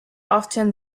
often